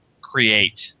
create